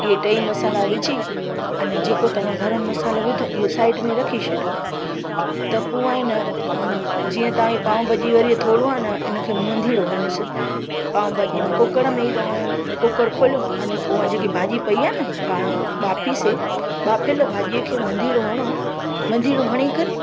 इहे टई मसाला विझी अने जेको तव्हां गरम मसालो विधो इहो साइड में रखी छॾियो त पोइ आहे न जीअं तव्हांजी पाव भाॼी वरी इहा थोरो आहे न हिन खे मंदिड़ो हणोसि पाव भाॼी में कुकड़ में ई तव्हां कुकड़ खोलियो अने पोइ मां जेकी भाॼी पेई आहे न पाणि बांफीसीं बांफियल भाॼीअ खे मंदिड़ो हणो मंदिड़ो हणी करे